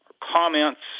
comments